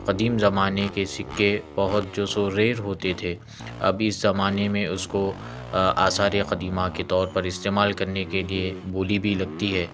قدیم زمانہ کے سکّے بہت جو سو ریئر ہوتے تھے اب اس زمانہ میں اس کو آثار قدیمہ کے طور پر استعمال کرنے کے لیے بولی بھی لگتی ہے